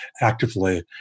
actively